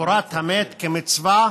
קבורת המת כמצווה,